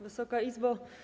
Wysoka Izbo!